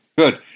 Good